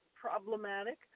problematic